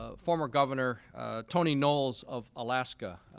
ah former governor tony knowles of alaska,